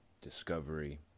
discovery